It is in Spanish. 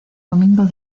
domingo